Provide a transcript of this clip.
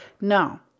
No